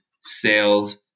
sales